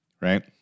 Right